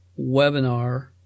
webinar